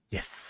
Yes